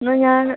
എന്നാൽ ഞാൻ